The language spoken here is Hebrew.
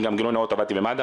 גילוי נאות עבדתי במד"א,